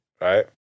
right